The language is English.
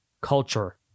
Culture